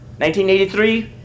1983